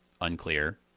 unclear—